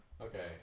Okay